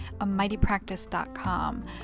amightypractice.com